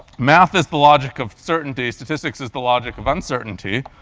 math is the logic of certainty, statistics is the logic of uncertainty.